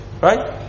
right